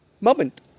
moment